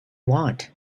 want